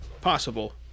possible